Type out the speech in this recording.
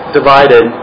divided